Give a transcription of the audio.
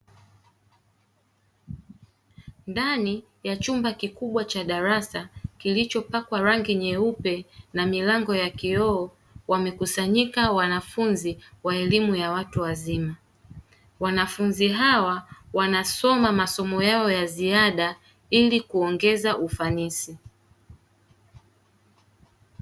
Ndani ya chumba kikubwa cha darasa kilichopakwa rangi nyeupe na milango ya kioo, wamekusanyika wanafunzi wa elimu ya watu wazima. Wanafunzi hawa wanasoma masomo yao ya ziada ili kuongeza ufanisi.